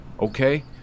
okay